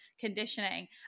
conditioning